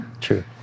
True